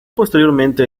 posteriormente